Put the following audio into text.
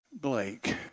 Blake